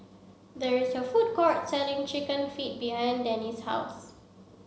there is a food court selling chicken feet behind Denny's house